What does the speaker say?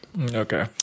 Okay